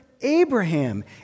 Abraham